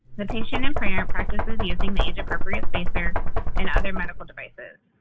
the patient and parent practices using the age-appropriate spacer and other medical devices.